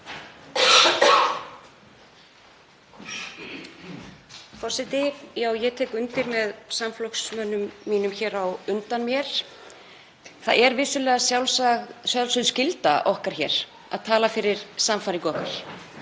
Forseti. Ég tek undir með samflokksmönnum mínum á undan mér, það er vissulega sjálfsögð skylda okkar hér að tala fyrir sannfæringu okkar